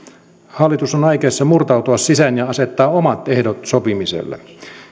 hallitus on aikeissa murtautua sisään ja asettaa omat ehdot sopimiselle